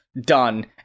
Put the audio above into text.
done